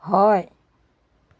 হয়